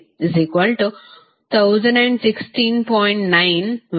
77 cos 19